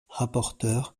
rapporteur